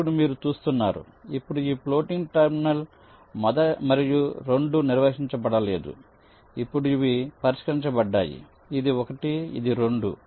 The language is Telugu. ఇప్పుడు మీరు చూస్తున్నారు ఇప్పుడు ఈ ఫ్లోటింగ్ టెర్మినల్ మరియు 2 నిర్వచించబడలేదు ఇప్పుడు ఇవి పరిష్కరించబడ్డాయి ఇది 1 ఇది 2